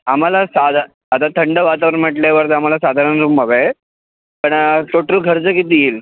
आम्हाला साधा आता थंड वातावरण म्हटल्यावर तर आम्हाला साधारण रूम हव्या आहेत पण टोटल खर्च किती येईल